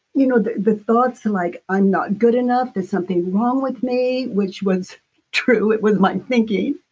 you know the the thoughts like, i'm not good enough. there's something wrong with me, which was true, it was my thinking,